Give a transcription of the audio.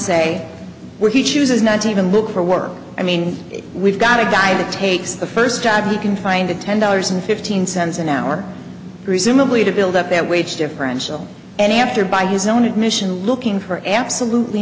say where he chooses not to even look for work i mean we've got a guy that takes the first job he can find a ten dollars and fifteen cents an hour presumably to build up that wage differential and after by his own admission looking for absolutely